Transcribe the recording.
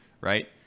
right